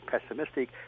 pessimistic